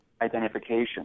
identification